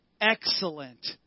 excellent